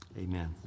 Amen